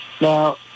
Now